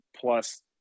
plus